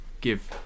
Give